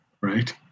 right